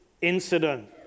incident